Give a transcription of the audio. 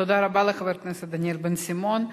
תודה לחבר הכנסת דניאל בן-סימון.